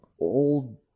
old